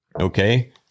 Okay